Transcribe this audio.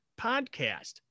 podcast